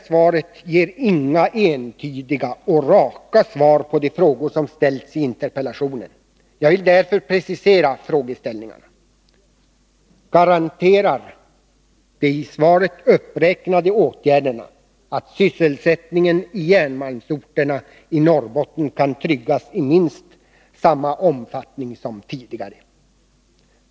Svaret ger inga entydiga och raka svar på de frågor som ställs i interpellationen. Jag vill därför precisera frågeställningarna: Garanterar de i svaret uppräknade åtgärderna sysselsättning i minst samma omfattning som tidigare i järnmalmsorterna i Norrbotten?